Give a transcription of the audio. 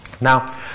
Now